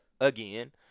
again